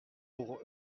pour